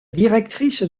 directrice